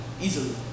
Easily